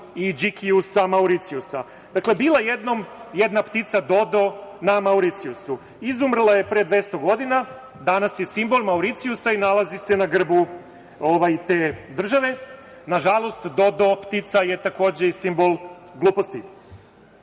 i Đikiju sa Mauricijusa. Dakle, bila jednom jedna ptica Dodo na Mauricijusu. Izumrla pre 200 godina. Danas je simbol Mauricijusa i nalazi se na grbu te države. Na žalost, Dodo ptica je takođe i simbol gluposti.